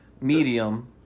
medium